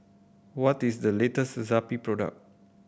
what is the latest Zappy product